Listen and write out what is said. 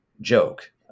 joke